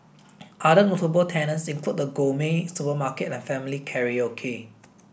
other notable tenants include a gourmet supermarket and family karaoke